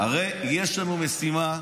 הרי יש לנו משימה.